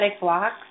blocks